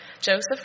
Joseph